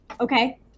Okay